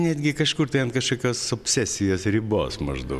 netgi kažkur tai ant kažkokios obsesijos ribos maždau